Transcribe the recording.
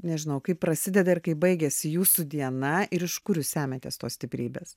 nežinau kaip prasideda ir kai baigiasi jūsų diena ir iš kur jūs semiatės tos stiprybės